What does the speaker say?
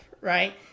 Right